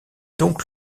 donc